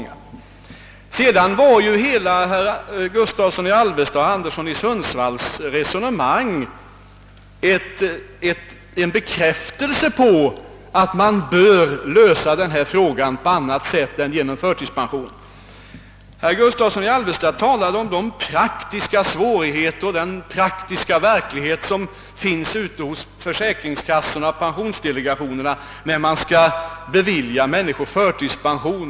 Hela det resonemang som förts av herr Gustavsson i Alvesta och herr Anderson i Sundsvall var en bekräftelse på att man bör lösa den äldre friställda arbetskraftens problem på annat sätt än genom förtidspension. Herr Gustavsson i Alvesta talade om de praktiska svårigheter som möter försäkringskassorna och pensionsdelegationerna när man skall bevilja människor förtidspension.